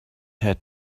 had